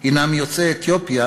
הם יוצאי אתיופיה,